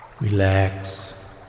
Relax